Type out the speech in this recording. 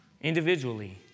individually